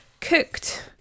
cooked